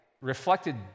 reflected